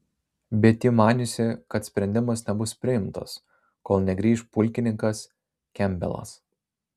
bet ji maniusi kad sprendimas nebus priimtas kol negrįš pulkininkas kempbelas